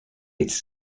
its